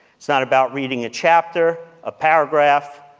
it's not about reading a chapter, a paragraph,